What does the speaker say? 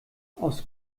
aus